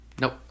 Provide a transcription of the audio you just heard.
Nope